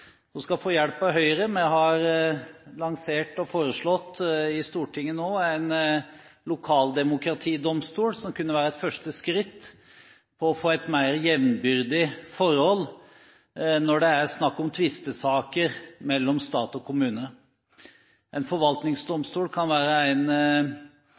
Hun skal få hjelp av Høyre. Vi har lansert og foreslått i Stortinget nå en lokaldemokratidomstol, som kunne være et første skritt på å få et mer jevnbyrdig forhold når det er snakk om tvistesaker mellom stat og kommune. En